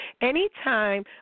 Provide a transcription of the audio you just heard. Anytime